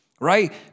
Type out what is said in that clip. right